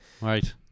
Right